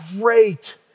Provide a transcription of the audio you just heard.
great